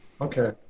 Okay